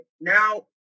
now